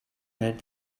read